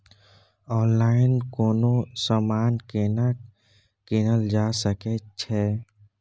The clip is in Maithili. ऑनलाइन कोनो समान केना कीनल जा सकै छै?